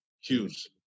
Huge